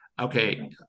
Okay